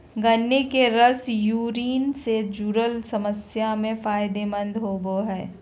गन्ने के रस यूरिन से जूरल समस्याओं में फायदे मंद होवो हइ